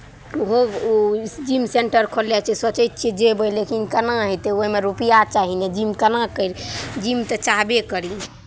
ओहो ओ gym centre खोलने छै सोचै छियै जेबै लेकिन केना हेतै ओहिमे रुपैआ चाही ने जिम केना करि जिम तऽ चाहबे करी